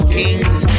kings